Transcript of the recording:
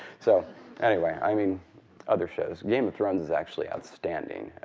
so anyway, i mean other shows. game of thrones is actually outstanding.